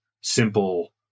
simple